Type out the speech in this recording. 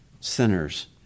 sinners